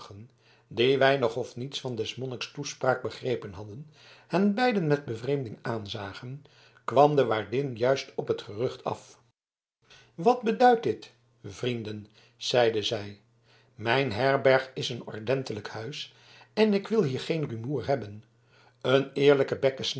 die weinig of niets van des monniks toespraak begrepen hadden hen beiden met bevreemding aanzagen kwam de waardin juist op het gerucht af wat beduidt dit vrienden zeide zij mijn herberg is een ordentelijk huis en ik wil hier geen rumoer hebben een eerlijke